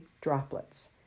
droplets